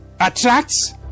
attracts